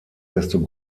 desto